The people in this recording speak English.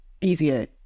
easier